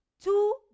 Two